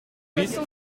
brice